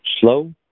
slow